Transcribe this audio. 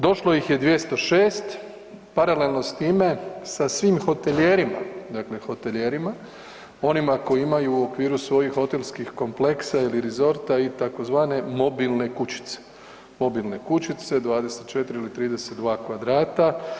Došlo ih je 206, paralelno s time, da svim hotelijerima, dakle hotelijerima, onima koji imaju u okviru svojih hotelskih kompleksa ili resorta i tzv. mobilne kućice, mobilne kućice, 24 ili 32 kvadrata.